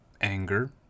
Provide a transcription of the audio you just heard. anger